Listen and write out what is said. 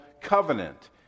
covenant